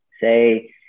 Say